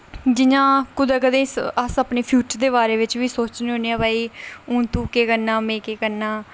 जि'यां कुदै कदें अस अपने फ्यूचर दे बारे बिच बी सोचने होन्ने आं भाई हून तूं केह् करना में केह् करना